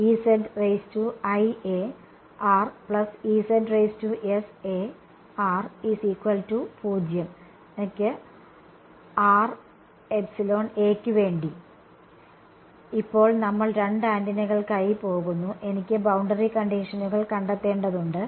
യ്ക് വേണ്ടി ഇപ്പോൾ നമ്മൾ രണ്ട് ആന്റിനകൾക്കായി പോകുന്നു എനിക്ക് ബൌണ്ടറി കണ്ടിഷനുകൾ കണ്ടെത്തേണ്ടതുണ്ട്